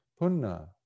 Punna